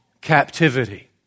captivity